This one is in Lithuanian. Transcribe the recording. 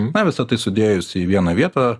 na visa tai sudėjus į vieną vietą